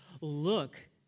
look